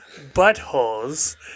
buttholes